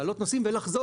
להעלות נוסעים ולחזור.